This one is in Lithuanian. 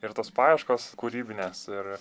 ir tos paieškos kūrybinės ir